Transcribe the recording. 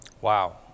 Wow